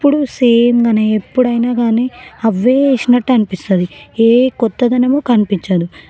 ఎప్పుడూ సేమ్గానే ఎప్పుడైనాగానీ అవే ఏసినట్టు అనిపిస్తుంది ఏ కొత్తదనమూ కనిపించదు